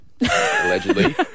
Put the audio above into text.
Allegedly